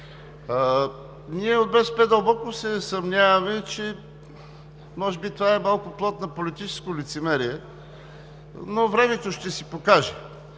Ние от БСП дълбоко се съмняваме, че може би това е малко плод на политическо лицемерие, но времето ще си покаже.